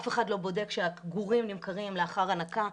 אף אחד לא בודק שהגורים נמכרים לאחר הנקה,